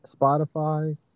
Spotify